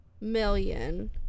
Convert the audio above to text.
Million